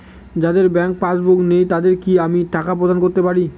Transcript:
যাদের bank passbook নেই তাদের কি আমি টাকা প্রদান করতে পারি?